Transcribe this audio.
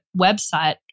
website